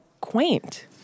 quaint